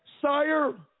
sire